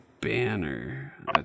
Banner